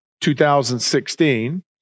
2016